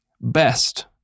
best